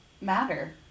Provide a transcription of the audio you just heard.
matter